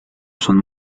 son